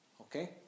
Okay